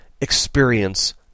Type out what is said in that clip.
experience